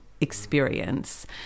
experience